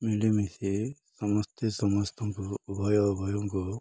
ମିଳିମିଶି ସମସ୍ତେ ସମସ୍ତଙ୍କୁ ଉଭୟ ଉଭୟଙ୍କୁ